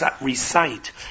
recite